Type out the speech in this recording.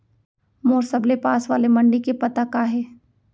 मोर सबले पास वाले मण्डी के पता का हे?